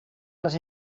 les